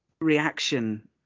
reaction